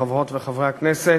חברות וחברי הכנסת,